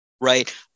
right